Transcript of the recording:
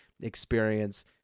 experience